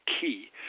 key